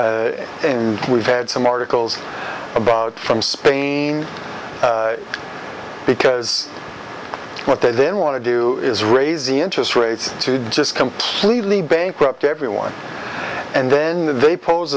and we've had some articles about from spain because what they then want to do is raise the interest rates to just completely bankrupt everyone and then they pose